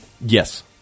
Yes